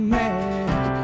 make